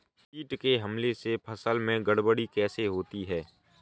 कीट के हमले से फसल में गड़बड़ी कैसे होती है?